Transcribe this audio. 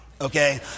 okay